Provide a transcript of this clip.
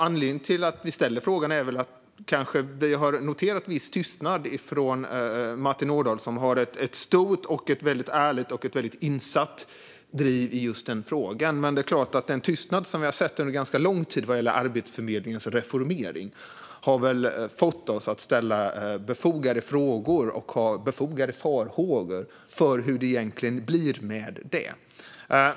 Anledningen till att vi ställer frågan är kanske att vi har noterat en viss tystnad från Martin Ådahl, som har ett stort och väldigt ärligt och insatt driv i just den frågan. Det är klart att den tystnad som vi under en ganska lång tid har noterat vad gäller Arbetsförmedlingens reformering har fått oss att ställa befogade frågor och att ha befogade farhågor för hur det egentligen blir med detta.